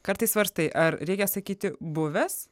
kartais svarstai ar reikia sakyti buvęs